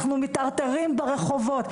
אנחנו מיטלטלים ברחובות,